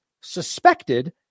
suspected